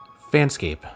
Fanscape